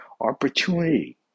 opportunity